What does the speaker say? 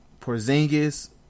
Porzingis